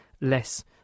less